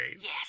yes